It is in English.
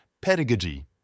pedagogy